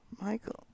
Michael